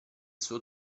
suo